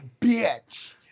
bitch